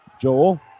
Joel